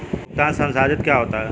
भुगतान संसाधित क्या होता है?